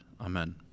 Amen